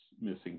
missing